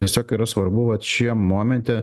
tiesiog yra svarbu vat šiam momente